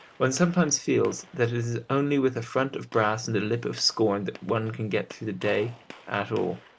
one sometimes feels that it is only with a front of brass and a lip of scorn that one can get through the day at all.